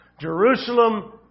Jerusalem